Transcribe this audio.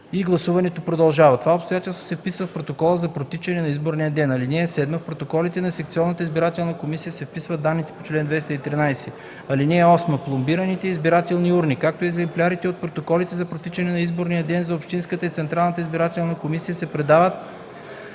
и гласуването продължава. Това обстоятелство се вписва в протокола за протичане на изборния ден. (7) В протоколите на секционната избирателна комисия се вписват данните по чл. 213. (8) Пломбираните избирателни урни, както и екземплярите от протоколите за протичане на изборния ден за общинската и Централната избирателна комисия се предават